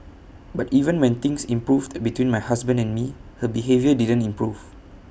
but even when things improved between my husband and me her behaviour didn't improve